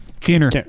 Keener